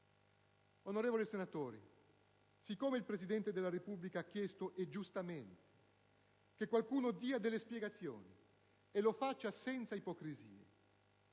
Onorevoli senatori, poiché il Presidente della Repubblica ha chiesto, giustamente, che qualcuno dia delle spiegazioni e lo faccia senza ipocrisie,